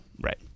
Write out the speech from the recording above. right